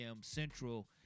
Central